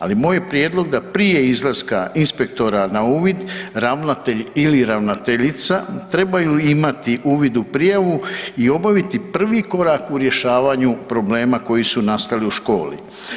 Ali, moj je prijedlog da prije izlaska inspektora na uvid, ravnatelj ili ravnateljica trebaju imati uvid u prijavu i obaviti prvi korak u rješavanju problema koji su nastali u školi.